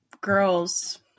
girls